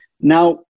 Now